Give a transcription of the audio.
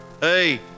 hey